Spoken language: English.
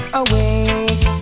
awake